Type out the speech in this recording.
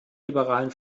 liberalen